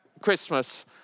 Christmas